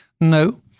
No